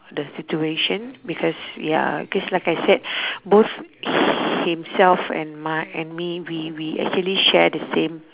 the situation because ya because like I said both himself and my and me we we actually share the same